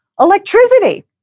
electricity